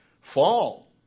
fall